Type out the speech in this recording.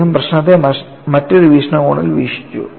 അദ്ദേഹം പ്രശ്നത്തെ മറ്റൊരു വീക്ഷണകോണിൽ വീക്ഷിച്ചു